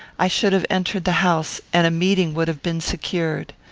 i should have entered the house, and a meeting would have been secured.